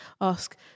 ask